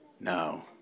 No